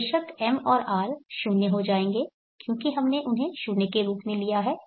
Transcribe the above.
बेशक M और R 0 हो जाएंगे क्योंकि हमने उन्हें 0 के रूप में लिया है